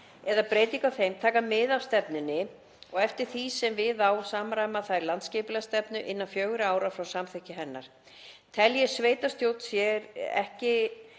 eða breytinga á þeim taka mið af stefnunni og eftir því sem við á samræma þær landsskipulagsstefnu innan fjögurra ára frá samþykkt hennar. Telji sveitarstjórn sér ekki